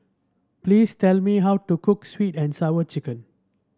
please tell me how to cook sweet and Sour Chicken